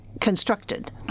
constructed